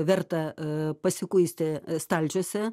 verta pasikuisti stalčiuose